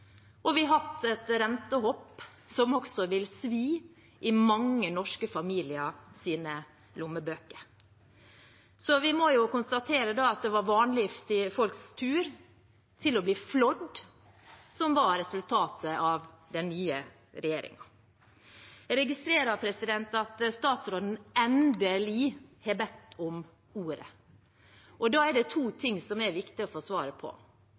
Vi har hatt et rentehopp, som også vil svi i lommebøkene til mange norske familier. Vi må jo konstatere at det er vanlige folks tur til å bli flådd som er resultatet av den nye regjeringen. Jeg registrerer at statsråden endelig har bedt om ordet. Da er det to ting som er viktig å få svar på.